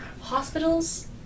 Hospitals